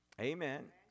Amen